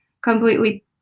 completely